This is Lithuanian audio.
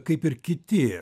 kaip ir kiti